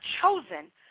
chosen